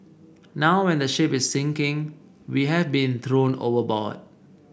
now when the ship is sinking we have been thrown overboard